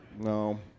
no